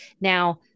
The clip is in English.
Now